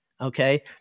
okay